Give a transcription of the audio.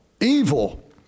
evil